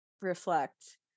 reflect